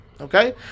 Okay